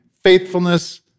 faithfulness